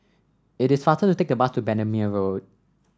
it is faster to take the bus to Bendemeer Road